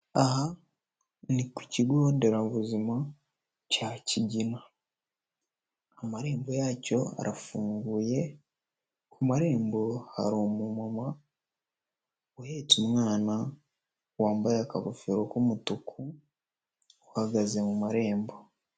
Aha ni ku kigo nderabuzima cya Kigina. Amarembo yacyo arafunguye, ku marembo hari umumama, uhetse umwana wambaye akagofero k'umutuku, uhagaze mu marembo.